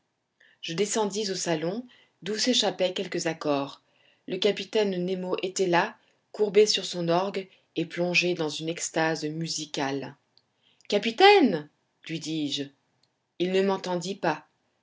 je descendis au salon d'où s'échappaient quelques accords le capitaine nemo était là courbé sur son orgue et plongé dans une extase musicale capitaine lui dis-je il ne m'entendit pas